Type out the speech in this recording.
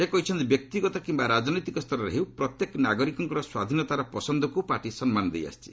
ସେ କହିଛନ୍ତି ବ୍ୟକ୍ତିଗତ କିମ୍ବା ରାଜନୈତିକ ସ୍ତରରେ ହେଉ ପ୍ରତ୍ୟେକ ନାଗରିକଙ୍କର ସ୍ୱାଧୀନତାର ପସନ୍ଦକୁ ପାର୍ଟି ସମ୍ମାନ ଦେଇ ଆସିଛି